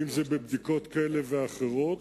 בבדיקות כאלה ואחרות,